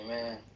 Amen